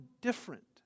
different